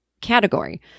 category